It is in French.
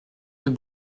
yeux